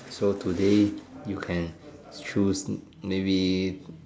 so today you can choose maybe